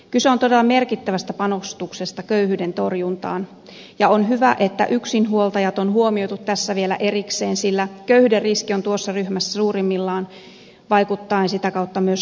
kyse on todella merkittävästä panostuksesta köyhyyden torjuntaan ja on hyvä että yksinhuoltajat on huomioitu tässä vielä erikseen sillä köyhyyden riski on tuossa ryhmässä suurimmillaan vaikuttaen sitä kautta myös lapsiin